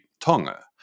Tonga